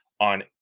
on